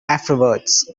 afterwards